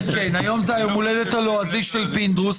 כן, היום זה יום ההולדת הלועזי של פינדרוס.